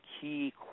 key